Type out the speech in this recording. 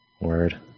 Word